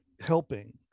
helping